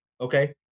okay